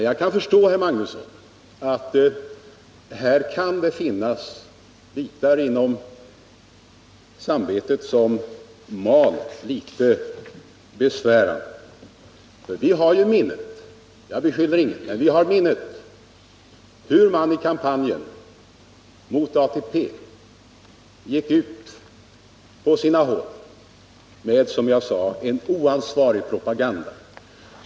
Jag förstår, herr Magnusson, att det här kan finnas bitar som mal litet besvärande i samvetet. Vi har i minnet — jag riktar inte beskyllningar mot någon — hur man i kampanjen mot ATP på sina håll gick ut med en oansvarig propaganda.